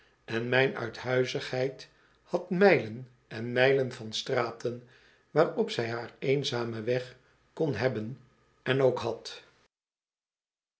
en mijn uithuizigheid had mijlen en mijlen van straten waarop zij haar eenzamen weg kon hebben en ook had